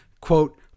quote